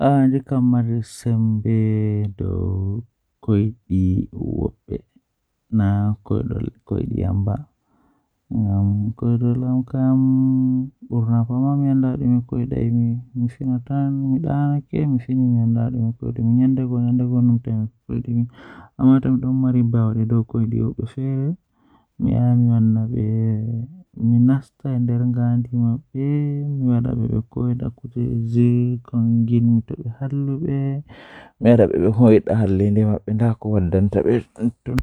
Waawataa waɗude vacuum so tawii nguurndam waawataa waɗtude njiddude e soɓɓi, nde o waɗataa njiddude e dow leñol ngal. Jokkondir vacuum e jaɓɓude waɗde nafoore he ƴettude e ngal toowde ko ɓuri. Ko e nguurndam heɓa ngam fiyaangu, miɗo waɗataa jaɓde to lowre nder room ngal.